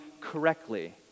correctly